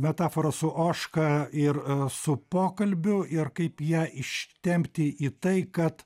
metaforą su ožka ir su pokalbiu ir kaip ją ištempti į tai kad